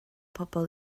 pobl